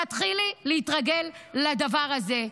תתחילי להתרגל לדבר הזה.